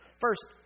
First